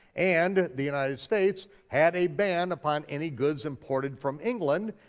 and the united states had a ban upon any goods imported from england,